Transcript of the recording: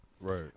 Right